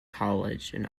college